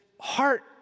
heart